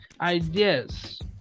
Ideas